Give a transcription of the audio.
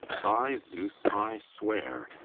by zeus i swear,